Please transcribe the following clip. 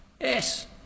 Yes